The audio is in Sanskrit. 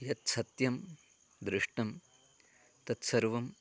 यत् सत्यं दृष्टं तत्सर्वं